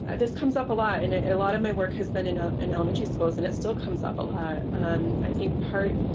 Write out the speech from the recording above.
this comes up a lot. and a lot of my work has been in ah in elementary schools and it still comes up a lot and i think part.